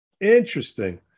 Interesting